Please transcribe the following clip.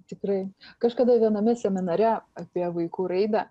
tikrai kažkada viename seminare apie vaikų raidą